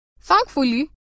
Thankfully